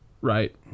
Right